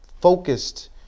focused